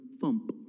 thump